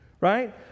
right